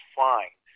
fine